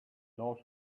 knows